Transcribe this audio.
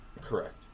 Correct